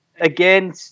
again